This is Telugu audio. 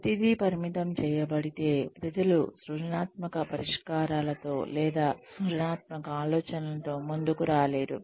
ప్రతిదీ పరిమితం చేయబడితే ప్రజలు సృజనాత్మక పరిష్కారాలతో లేదా సృజనాత్మక ఆలోచనలతో ముందుకు రాలేరు